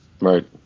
right